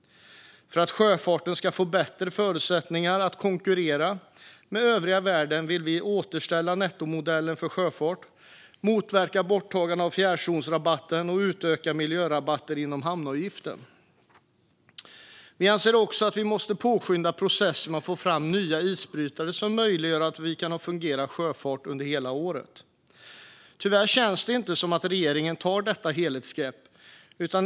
För att sjöfarten ska få bättre förutsättningar att konkurrera med övriga världen vill vi återställa nettomodellen för sjöfart, motverka borttagande av fjärrzonsrabatten och utöka miljörabatter inom hamnavgiften. Vi anser också att vi måste påskynda processen med att få fram nya isbrytare som möjliggör en fungerande sjöfart under hela året. Tyvärr känns det inte som om regeringen tar detta helhetsgrepp.